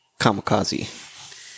Kamikaze